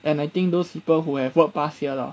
and I think those people who have work pass here lah